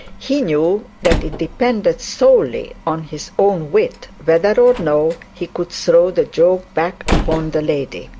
he knew that it depended solely on his own wit whether or no he could throw the joke back upon the lady.